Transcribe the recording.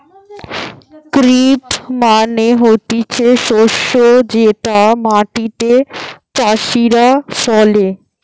crop মানে হতিছে শস্য যেটা মাটিতে চাষীরা ফলে